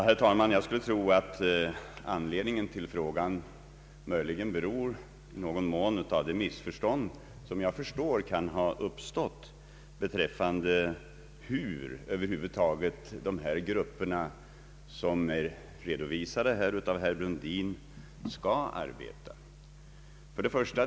Herr talman! Jag skulle tro att anledningen till frågan kan vara det missförstånd som jag förstår kan ha upp stått beträffande hur dessa grupper, som redovisats av herr Brundin, över huvud taget skall arbeta.